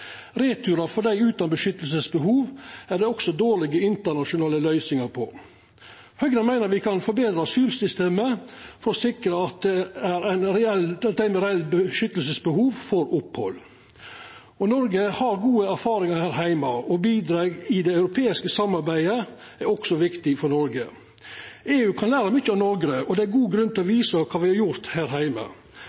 for dei utan beskyttelsesbehov er det også dårlege internasjonale løysingar for. Høgre meiner me kan forbetra asylsystemet for å sikra at dei med reelt beskyttelsesbehov får opphald. Noreg har gode erfaringar her heime, og det å bidra i det europeiske samarbeidet er også viktig for Noreg. EU kan læra mykje av Noreg, og det er god grunn til å visa kva me har gjort her heime.